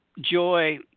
joy